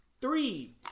Three